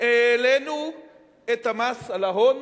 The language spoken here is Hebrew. העלינו את המס על ההון